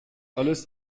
alles